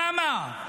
למה?